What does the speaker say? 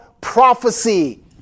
Prophecy